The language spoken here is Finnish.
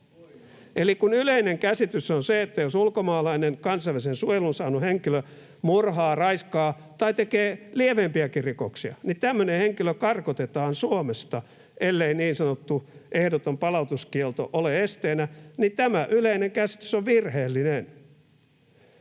Eli kun yleinen käsitys on se, että jos ulkomaalainen kansainvälisen suojelun saanut henkilö murhaa, raiskaa tai tekee lievempiäkin rikoksia, niin tämmöinen henkilö karkotetaan Suomesta, ellei niin sanottu ehdoton palautuskielto ole esteenä, niin tämä yleinen käsitys on virheellinen.